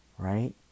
Right